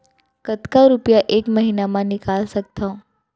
कतका रुपिया एक महीना म निकाल सकथव?